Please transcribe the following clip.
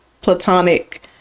platonic